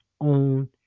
own